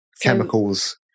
chemicals